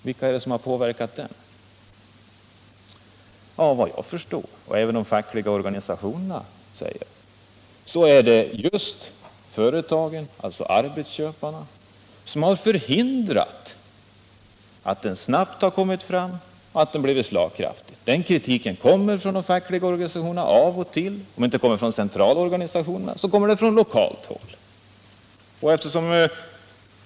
Vilka är det som åstadkommit detta? Vad jag förstår är det riktigt som de fackliga organisationerna säger att företagen, alltså arbetsköparna, har förhindrat att dessa anvisningar har kommit fram snabbt och blivit slagkraftiga. Den kritiken kommer av och till från de fackliga organisationerna — om den inte kommer från centralorganisationerna, så kommer den från de lokala organisationerna.